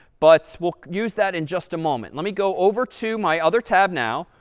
but we'll use that in just a moment. let me go over to my other tab now,